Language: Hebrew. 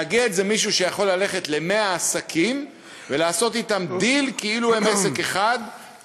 מאגד זה מישהו שיכול ללכת ל-100 עסקים ולעשות אתם דיל כאילו הם עסק אחד,